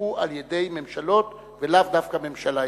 נשלחו על-ידי ממשלות ולאו דווקא ממשלה ימנית,